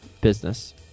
business